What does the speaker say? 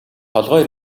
толгой